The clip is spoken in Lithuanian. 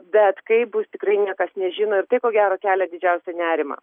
bet kaip bus tikrai niekas nežino ir tai ko gero kelia didžiausią nerimą